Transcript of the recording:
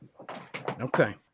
Okay